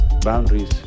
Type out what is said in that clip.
Boundaries